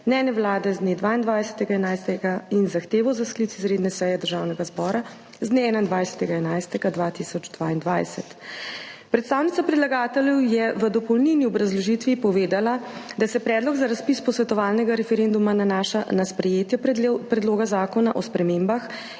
mnenje Vlade z dne 22. 11. 2022 in zahtevo za sklic izredne seje Državnega zbora z dne 21. 11. 2022. Predstavnica predlagateljev je v dopolnilni obrazložitvi povedala, da se predlog za razpis posvetovalnega referenduma nanaša na sprejetje Predloga zakona o spremembah